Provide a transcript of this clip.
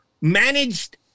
managed